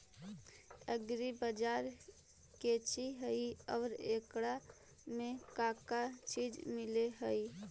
Agri बाजार कोची हई और एकरा में का का चीज मिलै हई?